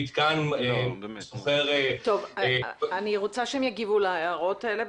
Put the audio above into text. אני רוצה תגובות להערות האלה.